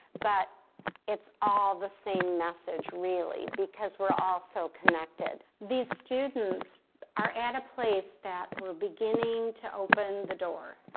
but it's all the same message really, because we're all so connected. these students are at a place that we're beginning to open the door.